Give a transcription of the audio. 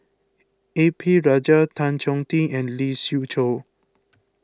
A P Rajah Tan Chong Tee and Lee Siew Choh